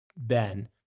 Ben